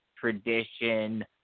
tradition